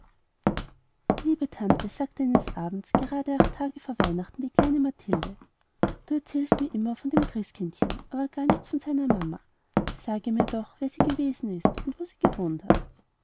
liebe tante sagte eines abends grade acht tage vor weihnachten die kleine mathilde du erzählst mir immer von dem christkindchen aber gar nichts von seiner mama sage mir doch wer sie gewesen ist und wo sie gewohnt hat